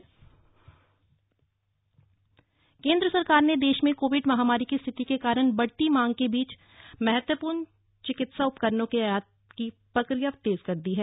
आयात अनुमति केन्द्र सरकार ने देश में कोविड महामारी की रिथिति के कारण बढती मांग के बीच महत्वपूर्ण चिकित्सा उपकरणों के आयात की प्रकिया तेज कर दी है